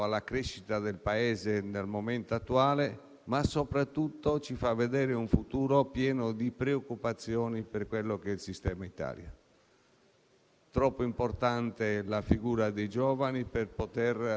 Troppo importante è la figura dei giovani per poterla trascurare e non metterla al centro della nostra attenzione; così facendo veramente correremmo un rischio di *default*